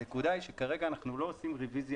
הנקודה היא שכרגע אנחנו לא עושים רוויזיה